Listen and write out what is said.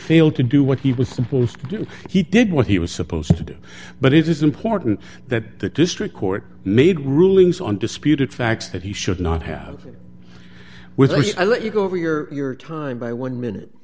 failed to do what he was supposed to do he did what he was supposed to do but it is important that the district court made rulings on disputed facts that he should not have with i let you go over your time by one minute